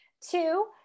Two